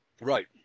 right